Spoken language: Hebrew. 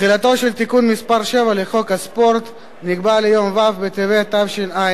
תחילתו של תיקון מס' 7 לחוק הספורט נקבעה ליום ו' בטבת תשע"ב,